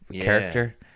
character